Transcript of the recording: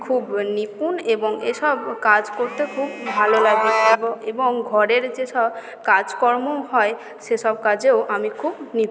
খুব নিপুণ এবং এসব কাজ করতে খুব ভালো লাগে এবং ঘরের যেসব কাজকর্ম হয় সেসব কাজেও আমি খুব নিপুণ